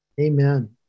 Amen